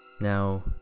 Now